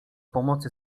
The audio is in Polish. pomocy